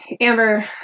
amber